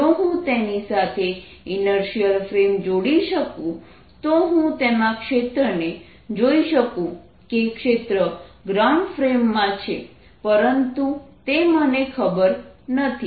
જો હું તેની સાથે ઇનર્શિયલ ફ્રેમ જોડી શકું તો હું તેમાં ક્ષેત્રને જોઈ શકું કે ક્ષેત્ર ગ્રાઉન્ડ ફ્રેમ માં છે પરંતુ તે મને ખબર નથી